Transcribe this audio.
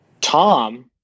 Tom